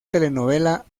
telenovela